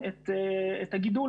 הקריאו פה את הדוח משנת